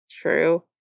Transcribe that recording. True